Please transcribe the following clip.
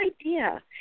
idea